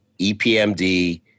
EPMD